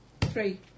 Three